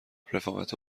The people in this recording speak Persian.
رفاقتا